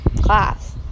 class